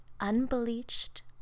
unbleached